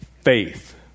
faith